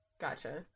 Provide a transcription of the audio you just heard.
gotcha